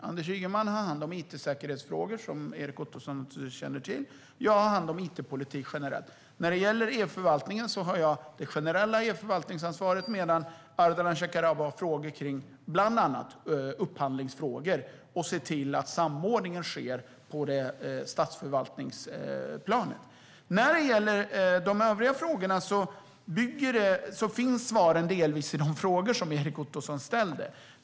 Anders Ygeman har hand om it-säkerhetsfrågor, vilket Erik Ottoson känner till, och jag har hand om it-politik generellt. Vad gäller e-förvaltningen har jag det generella ansvaret medan Ardalan Shekarabi har ansvar för bland annat upphandlingsfrågor och att se till att samordning sker på statsförvaltningsplanet. När det gäller de övriga frågorna finns svaren delvis i de frågor som Erik Ottoson ställde.